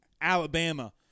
Alabama